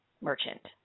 merchant